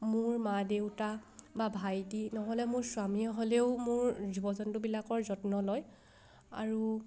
মোৰ মা দেউতা বা ভাইটি নহ'লে মোৰ স্বামীয়ে হ'লেও মোৰ জীৱ জন্তুবিলাকৰ যত্ন লয় আৰু